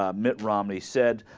um mit romney said